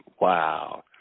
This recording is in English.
Wow